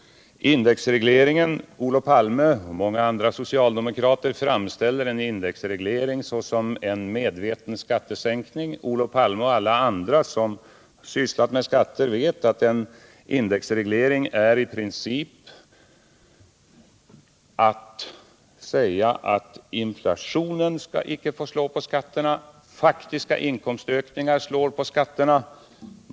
En indexreglering framställer Olof Palme och många andra socialdemokrater som en medveten skattesänkning. Olof Palme och alla andra som sysslat med skatter vet att en indexreglering i princip är att säga att inflationen icke skall få slå på skatterna, medan faktiska inkomstökningar slår på skatterna.